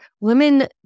women